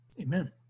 Amen